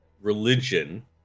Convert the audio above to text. religion